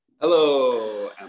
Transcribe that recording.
Hello